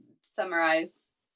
summarize